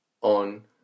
on